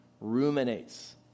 ruminates